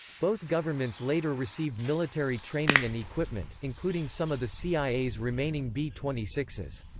both governments later received military training and equipment, including some of the cia's remaining b twenty six s.